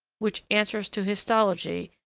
which answers to histology,